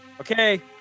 Okay